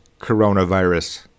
coronavirus